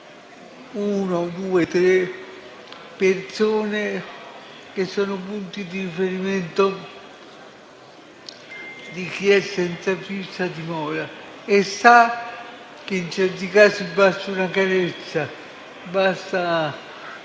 che alcune persone sono punti di riferimento di chi è senza fissa dimora e sa che in certi casi basta una carezza,